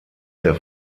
der